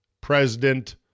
President